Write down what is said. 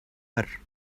her